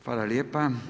Hvala lijepa.